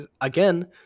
again